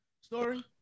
story